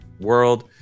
world